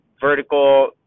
vertical